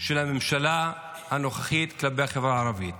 של הממשלה הנוכחית כלפי החברה הערבית.